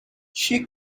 she